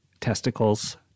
testicles